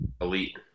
elite